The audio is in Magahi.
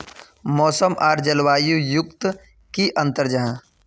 मौसम आर जलवायु युत की अंतर जाहा?